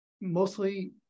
mostly